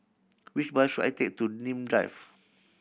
which bus should I take to Nim Drive